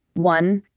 one,